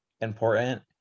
important